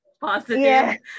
positive